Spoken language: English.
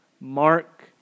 mark